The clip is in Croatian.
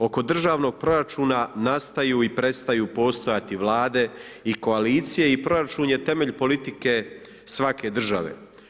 Oko državnog proračuna nastaju i prestaju postojati vlade i koalicije i proračun je temelj politike svake države.